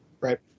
Right